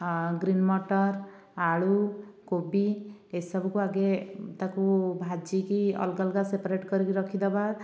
green ମଟର୍ ଆଳୁ କୋବି ଏସବୁକୁ ଆଗେ ତା'କୁ ଭାଜିକି ଅଲଗା ଅଲଗା ସେପାରେଟ୍ କରିକି ରଖିଦେବା